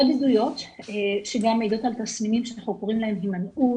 עוד עדויות שגם מעידות על תסמינים שאנחנו קוראים להם הימנעות,